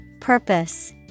Purpose